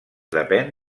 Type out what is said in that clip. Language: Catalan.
depèn